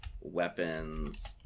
Weapons